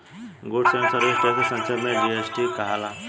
goods and service tax के संक्षेप में जी.एस.टी कहल जाला